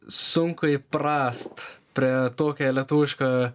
sunku įprast prie tokio lietuviško